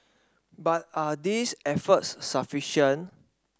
but are these efforts sufficient